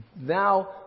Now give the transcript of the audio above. now